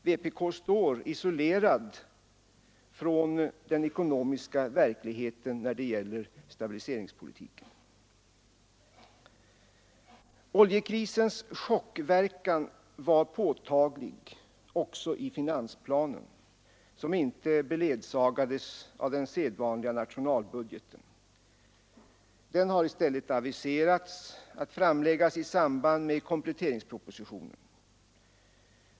Vpk står isolerat från den ekonomiska verkligheten när det gäller stabiliseringspolitiken. Oljekrisens chockverkan var påtaglig också i finansplanen, som inte ledsagades av den sedvanliga nationalbudgeten. Det har i stället aviserats att denna skall framläggas i samband med kompletteringspropositionen.